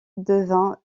devint